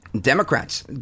Democrats